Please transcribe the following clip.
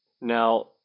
Now